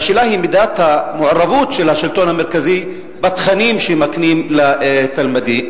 והשאלה היא דווקא המעורבות של השלטון המרכזי בתכנים שמקנים לתלמידים.